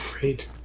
Great